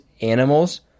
animals